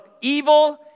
evil